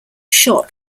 shot